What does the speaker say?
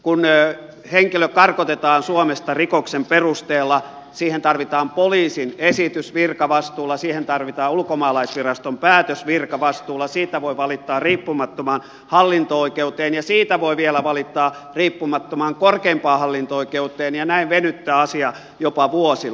kun henkilö karkotetaan suomesta rikoksen perusteella siihen tarvitaan poliisin esitys virkavastuulla siihen tarvitaan ulkomaalaisviraston päätös virkavastuulla siitä voi valittaa riippumattomaan hallinto oikeuteen ja siitä voi vielä valittaa riippumattomaan korkeimpaan hallinto oikeuteen ja näin venyttää asiaa jopa vuosilla